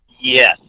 Yes